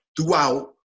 throughout